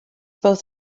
both